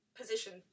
position